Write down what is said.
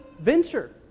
venture